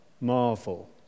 marvel